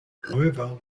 however